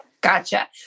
gotcha